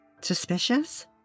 Suspicious